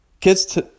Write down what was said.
Kids